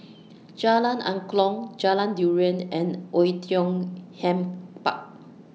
Jalan Angklong Jalan Durian and Oei Tiong Ham Park